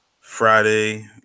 Friday